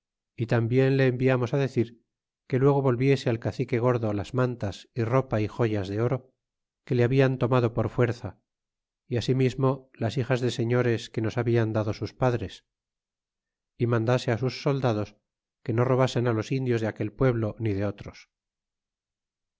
y tambien le enviamos decir que luego volviese al cacique gordo las mantas y ropa y joyas de oro que le habian tomado por fuerza y ansirnismo las hijas de señores que nos babian dado sus padres y mandase sus soldados que no robasen los indios de aquel pueblo ni de otros